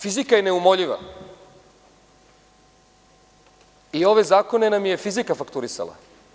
Fizika je neumoljiva i ove zakone nam je fizika fakturisala.